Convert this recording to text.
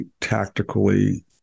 tactically